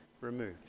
removed